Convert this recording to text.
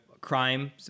crime